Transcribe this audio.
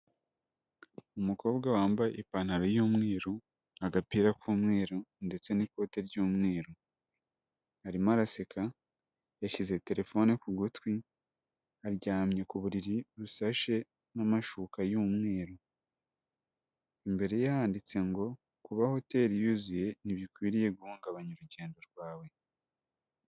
Umukobwa wambaye ipantaro y'umweru, agapira k'umweru ndetse n'ikote ry'umweru, arimo araseka yashyize telefone ku gutwi aryamye ku buriri busashe n'amashuka y'umweru, imbere ye handitse ngo ''kuba hoteli yuzuye ntibikwiriye guhungabanya urugendo rwawe.''